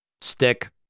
Stick